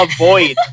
avoid